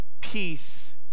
Peace